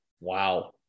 Wow